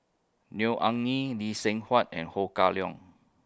Neo Anngee Lee Seng Huat and Ho Kah Leong